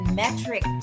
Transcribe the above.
metric